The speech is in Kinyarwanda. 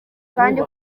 kandi